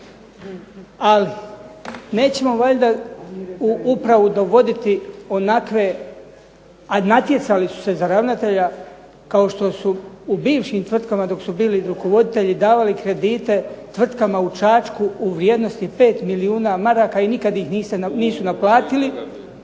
Ali nećemo valjda u upravu dovoditi onakve a natjecali su se za ravnatelja kao što su u bivšim tvrtkama dok su bili rukovoditelji davali kredite tvrtkama u Čačku u vrijednosti 5 milijuna maraka i nikada ih nisu naplatili.